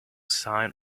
sign